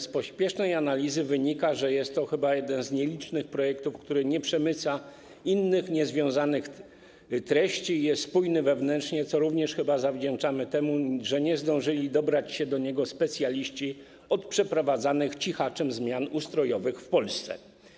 Z pospiesznej analizy wynika, że jest to chyba jeden z nielicznych projektów, który nie przemyca innych, niezwiązanych z nim treści i jest spójny wewnętrznie, co zawdzięczamy chyba również temu, że nie zdążyli dobrać się do niego specjaliści od przeprowadzanych cichaczem zmian ustrojowych w Polsce.